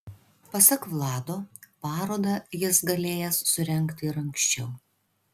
pasak vlado parodą jis galėjęs surengti ir anksčiau